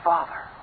Father